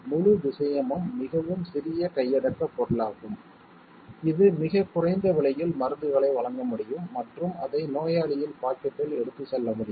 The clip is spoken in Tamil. முழு விஷயமும் மிகவும் சிறிய கையடக்கப் பொருளாகும் இது மிகக் குறைந்த விலையில் மருந்துகளை வழங்க முடியும் மற்றும் அதை நோயாளியின் பாக்கெட்டில் எடுத்துச் செல்ல முடியும்